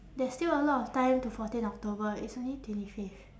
there's still a lot of time to fourteen october it's only twenty fifth